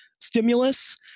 stimulus